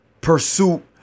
pursuit